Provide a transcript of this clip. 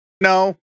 No